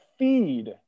feed